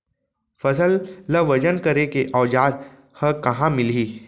फसल ला वजन करे के औज़ार हा कहाँ मिलही?